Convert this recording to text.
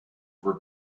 were